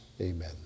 Amen